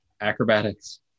Acrobatics